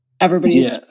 everybody's